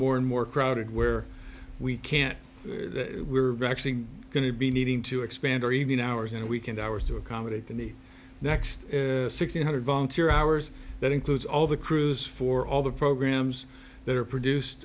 more and more crowded where we can't we're actually going to be needing to expand our evening hours and weekend hours to accommodate the next six hundred volunteer hours that includes all the crews for all the programs that are produced